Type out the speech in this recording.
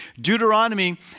Deuteronomy